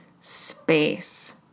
space